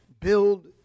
build